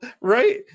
Right